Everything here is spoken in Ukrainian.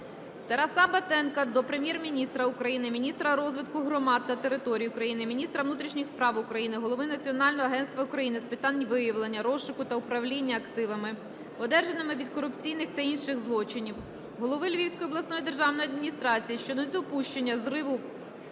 Тараса Батенка до Прем'єр-міністра України, міністра розвитку громад та територій України, міністра внутрішніх справ України, голови Національного агентства України з питань виявлення, розшуку та управління активами, одержаними від корупційних та інших злочинів, голови Львівської обласної державної адміністрації щодо недопущення зриву